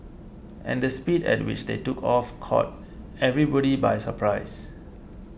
and the speed at which they took off caught everybody by surprise